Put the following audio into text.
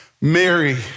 Mary